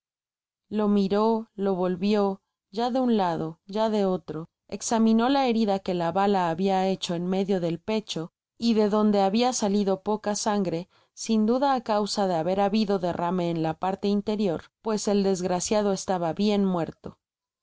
lo miró lo volvió ya de un lado ya de otro examinó la herida que la bala habia hecho en medio del pecho y de donde habia salido poca sangre sin duda á causa de haber habido derrame en la parte interior pues el desgraciado estaba bien muerto